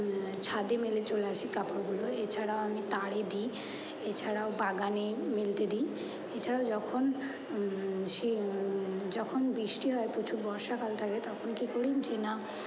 ছাদে মেলে চলে আসি কাপড়গুলো এছাড়া আমি তারে দিই এছাড়াও বাগানে মেলতে দিই এছাড়াও যখন সেই যখন বৃষ্টি হয় প্রচুর বর্ষাকাল থাকে তখন কী করি যে না